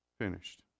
finished